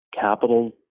capital